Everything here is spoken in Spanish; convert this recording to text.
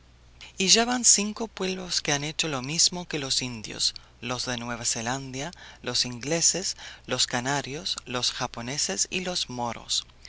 y ya van cinco pueblos que han hecho lo mismo que los indios los de nueva zelandia los ingleses los canarios los japoneses y los moros